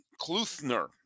Kluthner